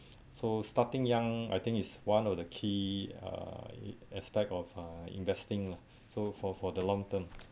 so starting young I think is one of the key uh aspect of uh investing lah so for for the long term